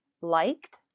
liked